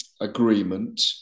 agreement